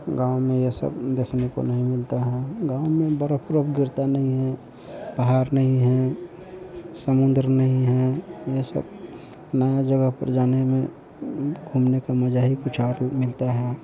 गाँव में यह सब देखने को नहीं मिलता है गाँव में बर्फ वर्फ गिरती नहीं है पहाड़ नहीं है समुद्र नहीं है ये सब नया जगह पर जाने में घूमने का मज़ा ही कुछ और मिलता है